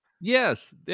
Yes